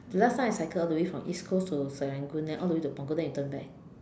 the last time I cycled all the way from east coast to Serangoon then all the way to Punggol then we turn back